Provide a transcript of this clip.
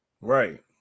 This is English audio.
Right